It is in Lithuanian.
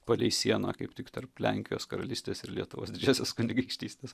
palei sieną kaip tik tarp lenkijos karalystės ir lietuvos didžiosios kunigaikštystės